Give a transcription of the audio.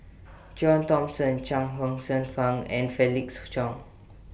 John Thomson Chuang Hsueh Fang and Felix Cheong